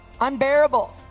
UNBEARABLE